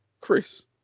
Chris